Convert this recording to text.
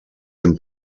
hem